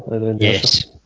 Yes